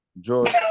George